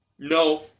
No